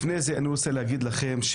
לפני כן, אני רוצה להגיד לכם.